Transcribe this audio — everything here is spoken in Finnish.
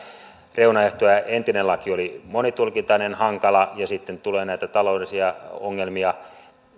reunaehtoja entinen laki oli monitulkintainen hankala ja sitten tulee näitä taloudellisia ongelmia